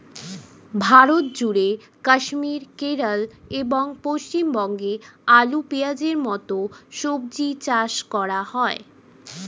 ভারতজুড়ে কাশ্মীর, কেরল এবং পশ্চিমবঙ্গে আলু, পেঁয়াজের মতো সবজি চাষ হয়